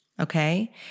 Okay